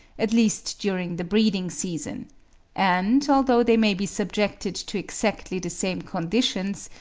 at least during the breeding-season and, although they may be subjected to exactly the same conditions,